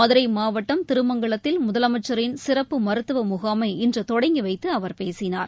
மதுரை மாவட்டம் திருமங்கலத்தில் முதலமைச்சரின் சிறப்பு மருத்துவ முகாமை இன்று தொடங்கி வைத்து அவர் பேசினார்